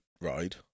ride